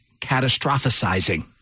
catastrophizing